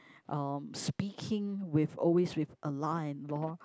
um speaking with always with a lah and lor